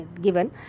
given